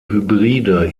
hybride